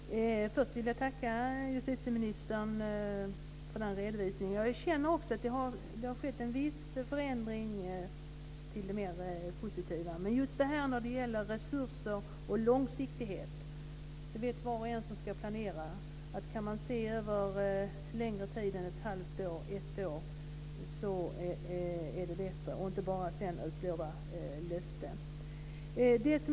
Fru talman! Först vill jag tacka justitieministern för hans redovisning. Jag känner att det har skett en viss förändring till det positiva, men var och en som planerar när det gäller resurser och långsiktighet vet att det är bra om man kan se längre tid framåt än ett halvt eller ett år och sedan inte bara ha löften.